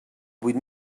vuit